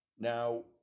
Now